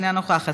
אינה נוכחת,